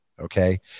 okay